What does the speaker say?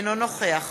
אינו נוכח